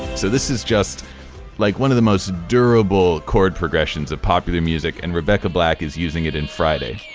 so this is just like one of the most durable chord progressions of popular music. and rebecca black is using it in friday